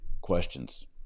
questions